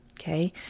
Okay